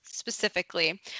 specifically